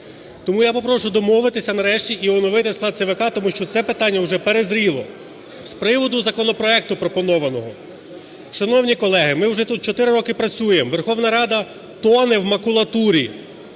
Тому я попрошу домовитися нарешті і оновити склад ЦВК, тому що це питання вже перезріло. З приводу законопроекту пропонованого, шановні колеги, ми вже 4 роки тут працюємо, Верховна Рада тоне в макулатурі.